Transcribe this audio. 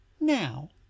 Now